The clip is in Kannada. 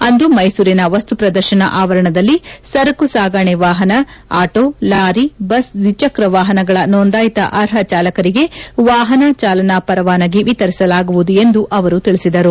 ಅಂದು ಮೈಸೂರಿನ ವಸ್ತು ಪ್ರದರ್ಶನ ಆವರಣದಲ್ಲಿ ಸರಕು ಸಾಗಣೆ ವಾಹನ ಆಟೋ ಲಾರಿ ಬಸ್ ದ್ವಿಚಕ್ರ ವಾಹನಗಳ ನೋಂದಾಯಿತ ಅರ್ಹ ಚಾಲಕರಿಗೆ ವಾಹನ ಚಾಲನಾ ಪರವಾನಗಿ ವಿತರಿಸಲಾಗುವುದು ಎಂದು ಅವರು ತಿಳಿಸಿದರು